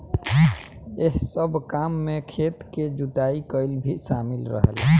एह सब काम में खेत के जुताई कईल भी शामिल रहेला